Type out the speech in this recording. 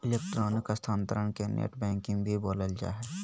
electronic स्थानान्तरण के net banking भी बोलल जा हइ